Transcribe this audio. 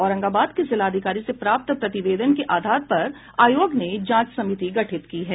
औरंगाबाद के जिलाधिकारी से प्राप्त प्रतिवेदन के आधार पर आयोग ने जांच समिति गठित की है